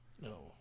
No